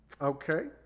okay